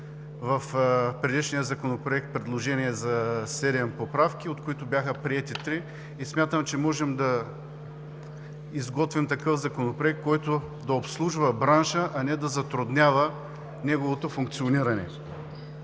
в предишния законопроект предложение за серия поправки, от които бяха приети три, и смятам, че можем да изготвим такъв законопроект, който да обслужва бранша, а не да затруднява неговото функциониране.